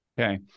Okay